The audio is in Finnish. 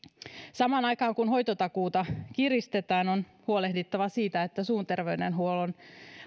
samaan aikaan kun hoitotakuuta kiristetään on huolehdittava siitä että suun terveydenhuollon